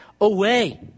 away